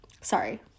sorry